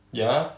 ya